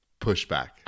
Pushback